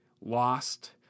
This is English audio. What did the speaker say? Lost